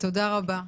תודה רבה.